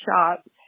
shop